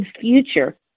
future